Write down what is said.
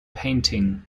painting